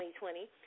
2020